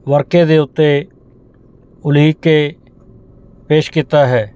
ਵਰਕੇ ਦੇ ਉੱਤੇ ਉਲੀਕ ਕੇ ਪੇਸ਼ ਕੀਤਾ ਹੈ